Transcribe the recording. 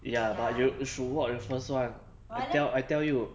ya but you should watch the first one I I tell you